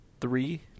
Three